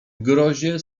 grozie